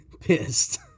pissed